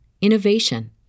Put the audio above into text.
innovation